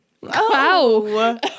Wow